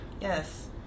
Yes